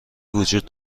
وجود